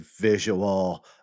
visual